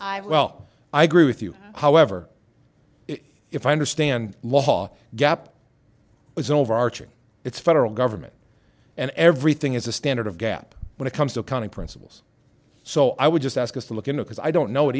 i well i agree with you however if i understand law gap as overarching it's federal government and everything is a standard of gap when it comes to accounting principles so i would just ask us to look into because i don't know